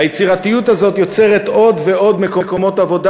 היצירתיות הזאת יוצרת עוד ועוד מקומות עבודה,